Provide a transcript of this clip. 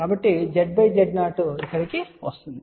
కాబట్టి Z Z0 ఇక్కడకు వస్తుంది